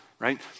right